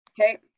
okay